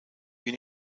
you